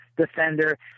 defender